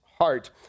heart